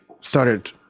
started